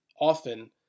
often